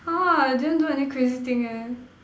!huh! I didn't do any crazy thing eh